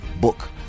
book